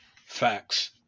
Facts